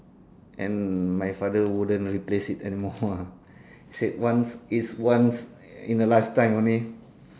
and my father wouldn't replace it anymore ah he said once it's once in a life time only